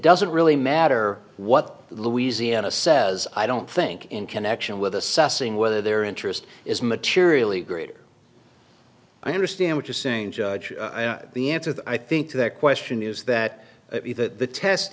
doesn't really matter what the louisiana says i don't think in connection with assessing whether their interest is materially greater i understand what you're saying judge the answer is i think that question is that the t